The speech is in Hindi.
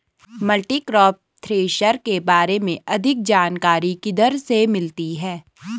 मल्टीक्रॉप थ्रेशर के बारे में अधिक जानकारी किधर से मिल सकती है?